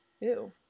Ew